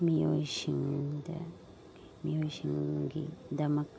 ꯃꯤꯑꯣꯏꯁꯤꯡꯒꯤꯗꯃꯛ